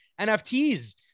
nfts